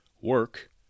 work